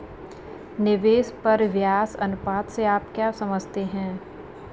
निवेश परिव्यास अनुपात से आप क्या समझते हैं?